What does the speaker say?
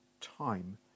time